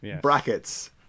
brackets